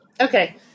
okay